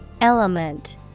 Element